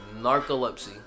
Narcolepsy